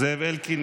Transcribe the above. זאב אלקין,